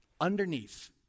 underneath